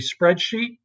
spreadsheet